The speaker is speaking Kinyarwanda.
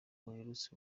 baherutse